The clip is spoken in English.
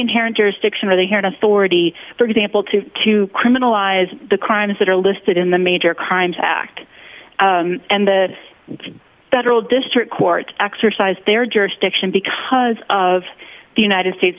inherent jurisdiction are they here in authority for example to to criminalize the crimes that are listed in the major crimes act and the federal district court exercised their jurisdiction because of the united states